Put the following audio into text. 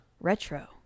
Retro